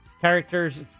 Characters